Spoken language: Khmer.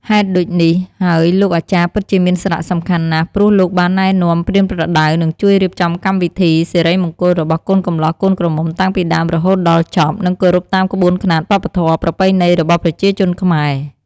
ហេតុដូចនេះហើយលោកអាចារ្យពិតជាមានសារៈសំខាន់ណាស់ព្រោះលោកបានណែនាំ ប្រៀបប្រដៅនិងជួយរៀបចំកម្មវិធីសិរិមង្គលរបស់កូនកម្លោះកូនក្រមុំតាំងពីដើមរហូតដល់ចប់និងគោរពតាមក្បួនខ្នាត វប្បធម៌ ប្រពៃណីរបស់ប្រជាជនខ្មែរ។